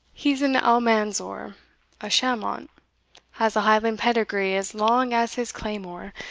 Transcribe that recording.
he's an almanzor, a chamont has a highland pedigree as long as his claymore,